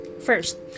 first